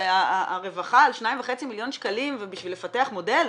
הרווחה על 2.5 מיליון שקלים בשביל לפתח מודל?